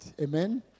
Amen